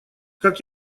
как